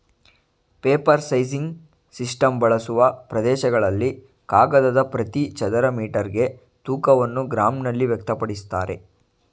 paper sizing system ಬಳಸುವ ಪ್ರದೇಶಗಳಲ್ಲಿ ಕಾಗದದ ಪ್ರತಿ ಚದರ ಮೀಟರ್ಗೆ ತೂಕವನ್ನು ಗ್ರಾಂನಲ್ಲಿ ವ್ಯಕ್ತಪಡಿಸ್ತಾರೆ